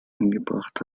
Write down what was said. eingebracht